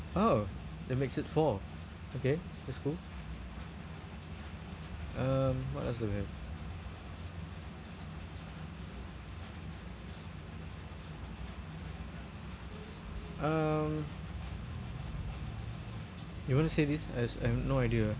oh that makes it four okay that's cool um what else do we have um you want to say this as I have no idea